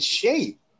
shape